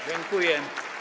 Dziękuję.